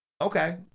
Okay